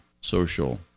social